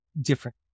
different